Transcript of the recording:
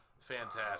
Fantastic